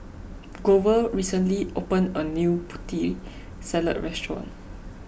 Glover recently opened a new Putri Salad restaurant